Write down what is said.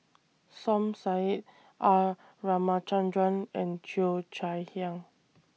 Som Said R Ramachandran and Cheo Chai Hiang